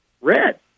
red